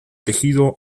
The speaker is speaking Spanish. tejido